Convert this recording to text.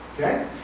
Okay